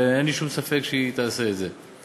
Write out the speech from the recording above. ואין לי שום ספק שהיא תעשה את זה.